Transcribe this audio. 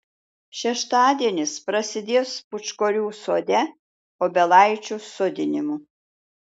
šeštadienis prasidės pūčkorių sode obelaičių sodinimu